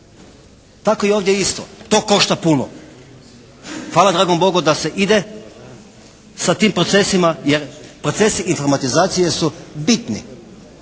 Tako i ovdje isto. To košta puno. Hvala dragom Bogu da se ide sa tim procesima jer procesi informatizacije su bitni.